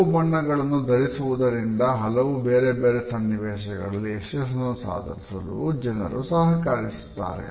ಕೆಲವು ಬಣ್ಣಗಳನ್ನು ಧರಿಸುವುದರಿಂದ ಹಲವು ಬೇರೆ ಬೇರೆ ಸನ್ನಿವೇಶಗಳಲ್ಲಿ ಯಶಸ್ಸನ್ನು ಸಾಧಿಸಲು ಜನರು ಸಹಕರಿಸುತ್ತಾರೆ